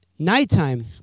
Nighttime